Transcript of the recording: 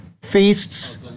Feasts